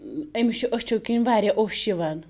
أمِس چھُ أچھو کِنۍ واریاہ اوٚش یِوان